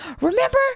remember